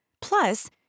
Plus